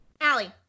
Allie